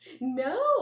No